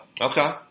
Okay